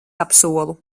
apsolu